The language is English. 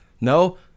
No